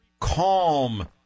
Calm